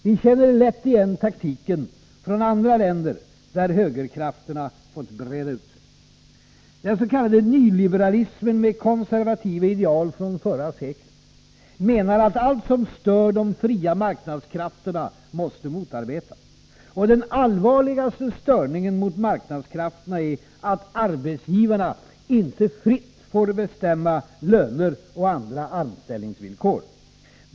Vi känner lätt igen taktiken från andra länder, där högerkrafterna fått breda ut sig. Den ss.k. nyliberalismen, med konservativa ideal från förra seklet, menar att allt som stör ”de fria marknadskrafterna” måste motarbetas. Den allvarligaste störningen mot marknadskrafterna är att arbetsgivarna inte fritt får bestämma löner och andra anställningsvillkor.